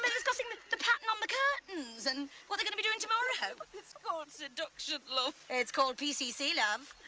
but discussing the the pattern on the curtains and what they're gonna be doing tomorrow. it's called seduction, love. it's called pcc, love.